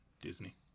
disney